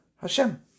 Hashem